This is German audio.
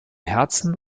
herzen